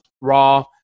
raw